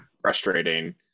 frustrating